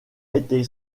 été